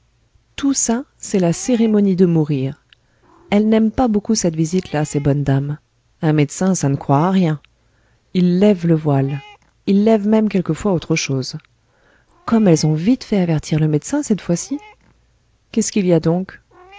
tout ça c'est la cérémonie de mourir elles n'aiment pas beaucoup cette visite là ces bonnes dames un médecin ça ne croit à rien il lève le voile il lève même quelquefois autre chose comme elles ont vite fait avertir le médecin cette fois-ci qu'est-ce qu'il y a donc